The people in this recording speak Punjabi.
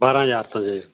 ਬਾਰ੍ਹਾਂ ਹਜ਼ਾਰ ਤੋਂ ਜੀ